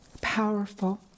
Powerful